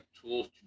tools